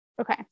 Okay